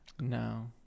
No